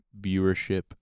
viewership